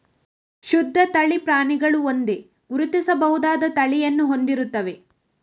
ಶುದ್ಧ ತಳಿ ಪ್ರಾಣಿಗಳು ಒಂದೇ, ಗುರುತಿಸಬಹುದಾದ ತಳಿಯನ್ನು ಹೊಂದಿರುತ್ತವೆ